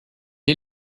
est